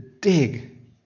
dig